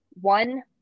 one